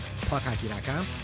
puckhockey.com